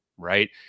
Right